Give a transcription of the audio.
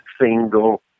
single